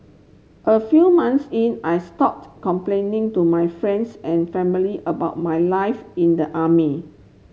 a few months in I stopped complaining to my friends and family about my life in the army